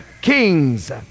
kings